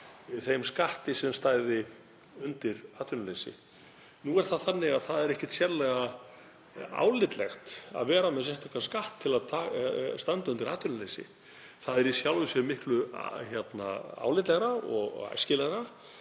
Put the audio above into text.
þeim skatti sem stæði undir atvinnuleysi. Nú er ekkert sérlega álitlegt að vera með sérstakan skatt til að standa undir atvinnuleysi. Það er í sjálfu sér miklu álitlegra og æskilegra